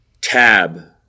tab